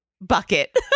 bucket